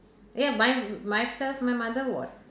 ya my myself my mother what